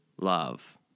love